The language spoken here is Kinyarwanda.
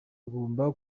agomba